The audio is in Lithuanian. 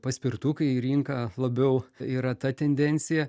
paspirtukai į rinką labiau yra ta tendencija